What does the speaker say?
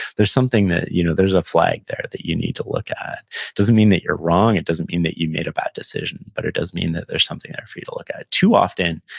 there's something that you know there's a flag there that you need to look at. it doesn't mean that you're wrong it doesn't mean that you made a bad decision, but it does mean that there's something there for you to look at too often,